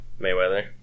Mayweather